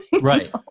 Right